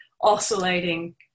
oscillating